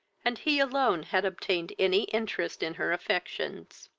and he alone had obtained any interest in her affections.